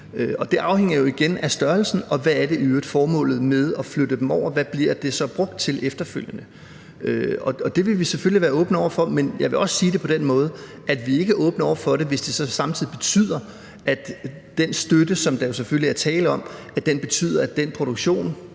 det afhænger jo igen af størrelsen og af, hvad formålet med at flytte dem over i øvrigt er, altså hvad bliver det så brugt til efterfølgende? Og det vil vi selvfølgelig være åbne over for, men jeg vil også sige det på den måde, at vi ikke er åbne over for det, hvis det så samtidig betyder, at den støtte, som der jo selvfølgelig er tale om – altså den produktion,